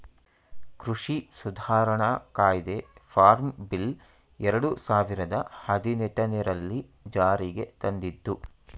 ಕೃಷಿ ಸುಧಾರಣಾ ಕಾಯ್ದೆ ಫಾರ್ಮ್ ಬಿಲ್ ಎರಡು ಸಾವಿರದ ಹದಿನೆಟನೆರಲ್ಲಿ ಜಾರಿಗೆ ತಂದಿದ್ದು